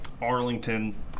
Arlington